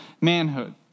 manhood